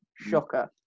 Shocker